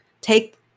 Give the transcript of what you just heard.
take